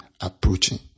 approaching